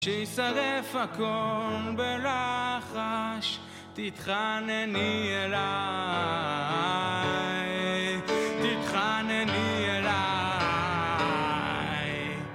שישרף הכל בלחש, תתחנני אליי תתחנני אליי